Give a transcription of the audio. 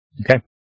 Okay